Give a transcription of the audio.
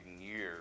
years